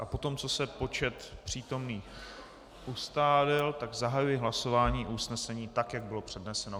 Poté, co se počet přítomných ustálil, zahajuji hlasování o usnesení tak, jak bylo předneseno.